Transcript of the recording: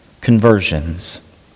conversions